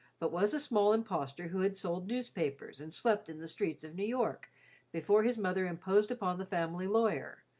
but was a small impostor who had sold newspapers and slept in the streets of new york before his mother imposed upon the family lawyer,